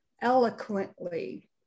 eloquently